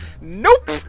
nope